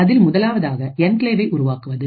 அதில் முதலாவதாக என்கிளேவை உருவாக்குவது